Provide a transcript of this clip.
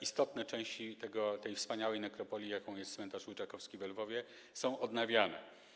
istotne części tej wspaniałej nekropolii, jaką jest cmentarz Łyczakowski we Lwowie, są odnawiane.